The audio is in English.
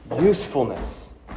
usefulness